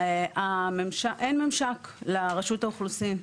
אין ממשק לרשות האוכלוסין.